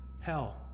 hell